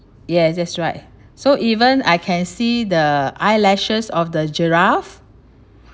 yes that's right so even I can see the eyelashes of the giraffe